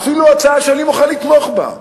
אפילו הצעה שאני מוכן לתמוך בה,